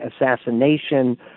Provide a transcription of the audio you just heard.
assassination